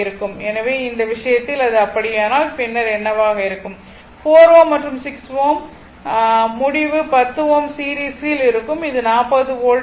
எனவே இந்த விஷயத்தில் அது அப்படியானால் பின்னர் என்னவாக இருக்கும் 4 Ω மற்றும் 6 Ω முடிவு 10 Ω சீரிஸில் இருக்கும் இது 40 வோல்ட் ஆகும்